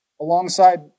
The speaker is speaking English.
alongside